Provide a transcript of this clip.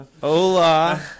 Hola